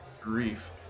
grief